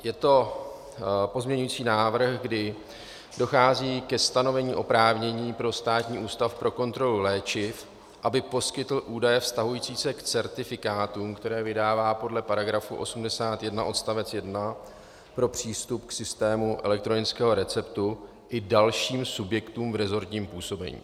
Je to pozměňovací návrh, kdy dochází ke stanovení oprávnění pro Státní ústav pro kontrolu léčiv, aby poskytl údaje vztahující se k certifikátům, které vydává podle § 81 odst. 1 pro přístup k systému elektronického receptu i dalším subjektům v resortním působení.